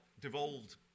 devolved